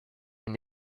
une